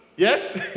Yes